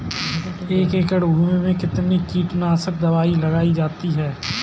एक एकड़ भूमि में कितनी कीटनाशक दबाई लगानी चाहिए?